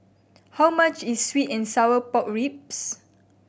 how much is sweet and sour pork ribs